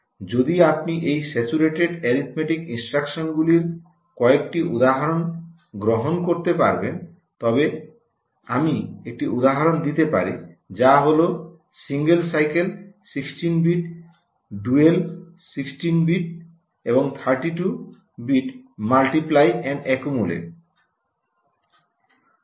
যদি আপনি এই স্যাচুরেটেড এরিথমেটিক ইনস্ট্রাকশনগুলির কয়েকটি উদাহরণ গ্রহণ করতে পারবেন তবে আমি একটি উদাহরণ দিতে পারি যা হল single cycle 16 bit dual 16 bit এবং 32 বিট মাল্টিপ্লাই এন্ড একুমুলেট